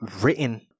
written